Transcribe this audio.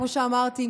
כמו שאמרתי,